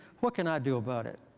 what can i do about it?